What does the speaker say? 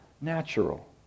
natural